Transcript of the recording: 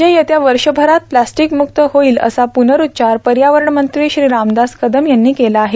राज्य येत्या वर्षभरात प्लॅस्टिकमुक्त होईल असा पुनरूच्वार पर्यावरण मंत्री श्री रामदास कदम यांनी केला आहे